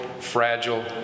fragile